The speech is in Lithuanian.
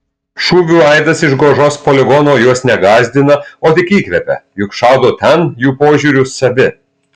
šūvių aidas iš gožos poligono juos ne gąsdina o tik įkvepia juk šaudo ten jų požiūriu savi